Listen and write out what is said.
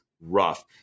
rough